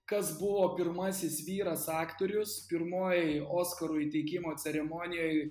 kas buvo pirmasis vyras aktorius pirmojoj oskarų įteikimo ceremonijoj